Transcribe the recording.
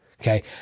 Okay